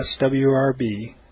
swrb